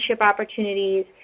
opportunities